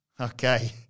Okay